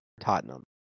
Tottenham